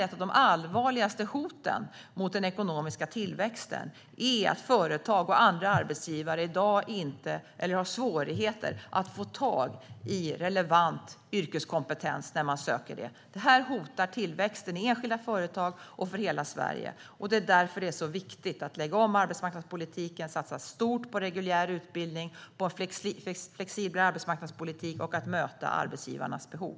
Ett av de allvarligaste hoten mot den ekonomiska tillväxten är att företag och andra arbetsgivare i dag har svårigheter att få tag i relevant yrkeskompetens när de söker sådan. Det här hotar tillväxten i enskilda företag och hela Sverige. Det är därför det är så viktigt att lägga om arbetsmarknadspolitiken, satsa stort på reguljär utbildning, föra en flexiblare arbetsmarknadspolitik och möta arbetsgivarnas behov.